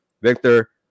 Victor